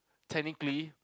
technically